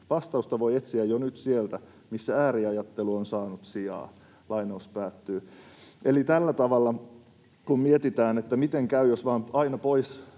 Vastausta voi etsiä jo nyt sieltä, missä ääriajattelu on saanut sijaa.” Eli kun mietitään, miten käy, jos vain aina